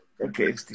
Okay